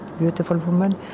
beautiful woman,